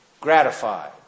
gratified